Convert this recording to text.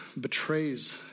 betrays